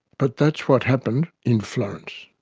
but that's what happened in florence.